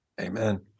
Amen